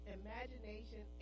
imagination